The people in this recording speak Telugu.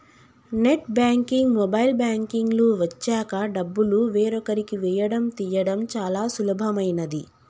నెట్ బ్యాంకింగ్, మొబైల్ బ్యాంకింగ్ లు వచ్చాక డబ్బులు వేరొకరికి వేయడం తీయడం చాలా సులభమైనది